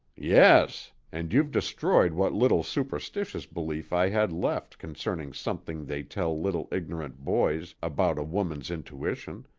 yes. and you've destroyed what little superstitious belief i had left concerning something they tell little ignorant boys about a woman's intuition.